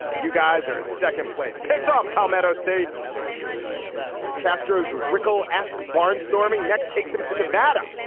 you guys are in second place. piss off palmetto state castro's recall ask barnstorming next takes him to nevada.